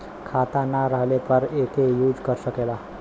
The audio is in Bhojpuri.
खाता ना रहले पर एके यूज कर सकेला